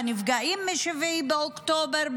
בנפגעים מ-7 באוקטובר,